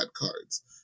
cards